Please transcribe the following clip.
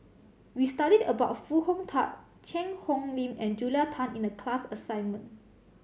we studied about Foo Hong Tatt Cheang Hong Lim and Julia Tan in the class assignment